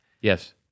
yes